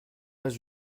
pas